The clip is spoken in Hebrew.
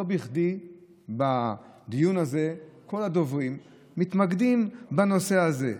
לא בכדי בדיון הזה כל הדוברים מתמקדים בנושא הזה,